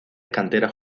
canteras